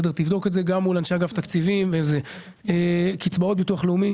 שתבדוק מול אנשי אגף תקציבים אם אפשר להקדים את קצבאות ביטוח הלאומי.